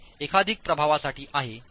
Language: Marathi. हे एकाधिक प्रभावांसाठी आहे